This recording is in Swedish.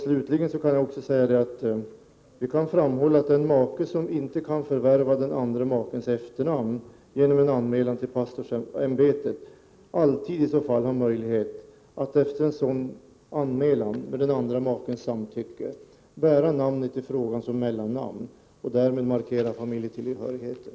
Slutligen kan jag också nämna att den make som inte kan förvärva den andre makens efternamn genom en anmälan till pastorsämbetet alltid har möjlighet att efter en sådan anmälan, med den andra makens samtycke, bära namnet i fråga som mellannamn och därmed markera familjetillhörigheten.